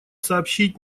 сообщить